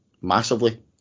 massively